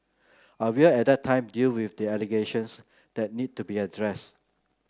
I will at that time deal with the allegations that need to be addressed